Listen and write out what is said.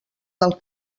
del